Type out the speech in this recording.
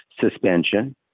suspension